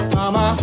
Mama